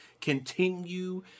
continue